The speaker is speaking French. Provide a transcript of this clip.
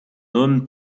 homme